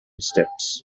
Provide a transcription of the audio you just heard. steps